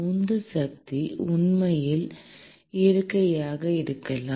உந்து சக்தி உண்மையில் இயற்கையாக இருக்கலாம்